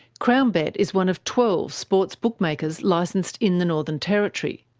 crownbet is one of twelve sports bookmakers licensed in the northern territory.